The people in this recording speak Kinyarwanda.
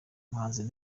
umuhanzi